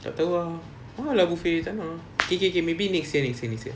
tak tahu ah mahal ah buffet tak nak ah kay kay kay maybe next year next year next year